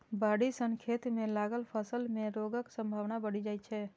बाढ़ि सं खेत मे लागल फसल मे रोगक संभावना बढ़ि जाइ छै